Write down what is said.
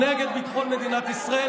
נגד ביטחון ישראל,